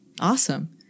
Awesome